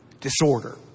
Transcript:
Disorder